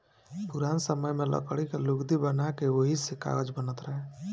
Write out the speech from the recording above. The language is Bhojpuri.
पुरान समय में लकड़ी के लुगदी बना के ओही से कागज बनत रहे